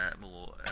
more